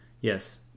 yes